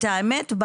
את האמת,